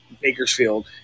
Bakersfield